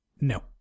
No